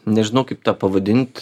nežinau kaip tą pavadint